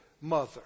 mother